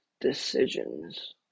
Decisions